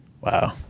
Wow